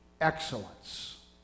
excellence